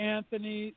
Anthony